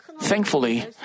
Thankfully